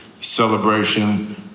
celebration